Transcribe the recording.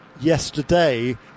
yesterday